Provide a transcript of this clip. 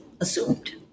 assumed